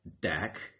deck